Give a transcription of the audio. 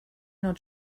not